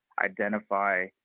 identify